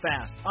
fast